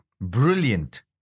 brilliant